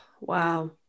Wow